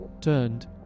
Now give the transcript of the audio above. turned